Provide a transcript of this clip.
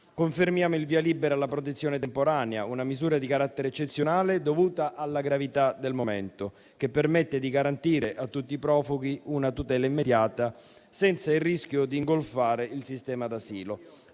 Confermiamo il via libera alla protezione temporanea, una misura di carattere eccezionale dovuta alla gravità del momento, che permette di garantire a tutti i profughi una tutela immediata, senza il rischio di ingolfare il sistema d'asilo,